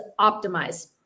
optimize